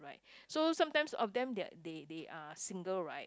so sometimes of them they they are single right